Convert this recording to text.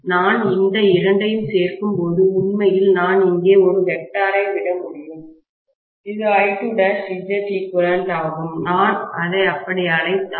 நான் இந்த இரண்டையும் சேர்க்கும்போது உண்மையில் நான் இங்கே ஒரு வெக்டாரை விட முடியும் இது I2'Zeq ஆகும் நான் அதை அப்படி அழைத்தால்